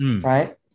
right